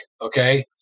okay